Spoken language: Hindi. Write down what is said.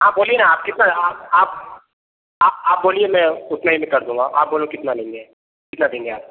आप बोलिए ना आप कितना आप आप आप आप बोलिए मैं उतने में ही कर दूँगा आप बोलो कितना लेंगे कितना देंगे आप